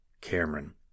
Cameron